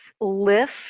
lift